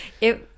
It